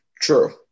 True